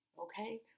okay